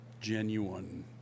genuine